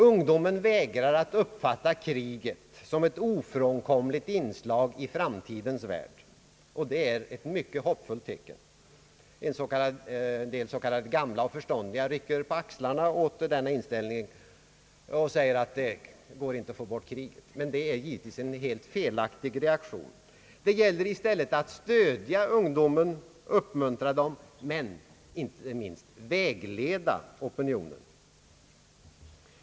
Ungdomen vägrar att uppfatta kriget som ett ofrånkomligt inslag i framtidens värld, och det är ett mycket hoppfullt tecken. En del s.k. gamla och förståndiga rycker på axlarna åt denna inställning och säger att det inte går att få bort kriget, men det är givetvis en helt felaktig reaktion. Det gäller att i stället stödja och uppmuntra och inte minst vägleda opinionen.